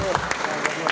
Hvala